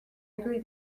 agree